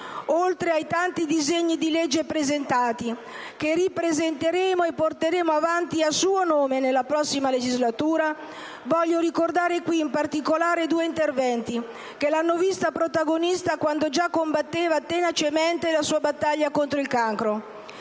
Oltre ai tanti disegni di legge presentati, che ripresenteremo e porteremo avanti a suo nome nella prossima legislatura, voglio ricordare qui in particolare due interventi che l'hanno vista protagonista quando già combatteva tenacemente la sua battaglia contro il cancro.